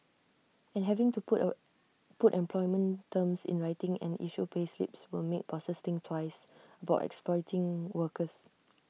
and having to put put employment terms in writing and issue payslips will make bosses think twice about exploiting workers